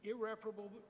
irreparable